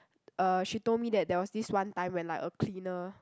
uh she told me that there was this one time when like a cleaner